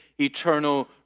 Eternal